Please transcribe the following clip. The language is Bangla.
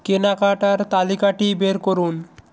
কেনাকাটার তালিকাটি বের করুন